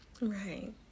Right